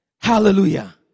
Hallelujah